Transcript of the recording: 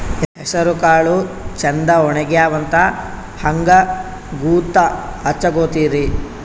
ಹೆಸರಕಾಳು ಛಂದ ಒಣಗ್ಯಾವಂತ ಹಂಗ ಗೂತ್ತ ಹಚಗೊತಿರಿ?